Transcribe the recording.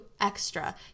extra